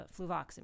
fluvoxamine